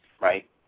right